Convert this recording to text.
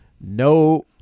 no